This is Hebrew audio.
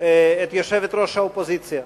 את יושבת-ראש האופוזיציה.